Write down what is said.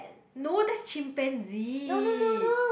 no that's chimpanzee